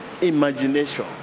imagination